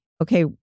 Okay